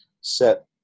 set